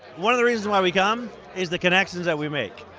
one of the reasons why we come is the connections that we make.